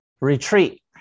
retreat